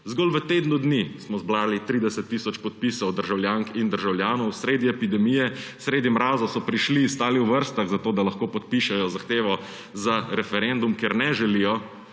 Zgolj v tednu dni smo zbrali 30 tisoč podpisov državljank in državljanov. Sredi epidemije, sredi mraza so prišli, stali v vrstah, zato da lahko podpišejo zahtevo za referendum, ker ne želijo,